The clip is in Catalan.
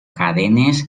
cadenes